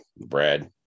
Brad